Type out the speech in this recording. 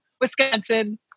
Wisconsin